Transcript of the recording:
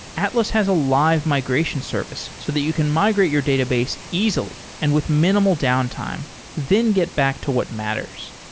atlas has a live migration service so that you can migrate your database easily and with minimal downtime, then get back to what matters.